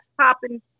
popping